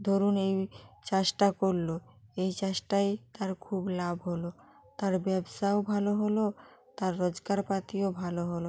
ধরুন এই চাষটা করলো এই চাষটায় তার খুব লাভ হলো তার ব্যবসাও ভালো হলো তার রোজগারপাতিও ভালো হলো